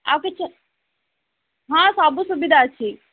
ଆଉ କିଛି ହଁ ସବୁ ସୁବିଧା ଅଛି